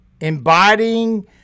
embodying